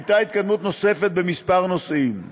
הייתה התקדמות נוספת בכמה נושאים.